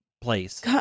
place